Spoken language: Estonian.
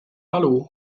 talu